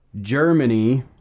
Germany